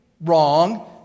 wrong